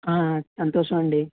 సంతోషమండి